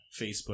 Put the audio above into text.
Facebook